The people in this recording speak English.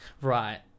Right